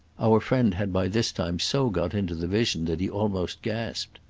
our friend had by this time so got into the vision that he almost gasped.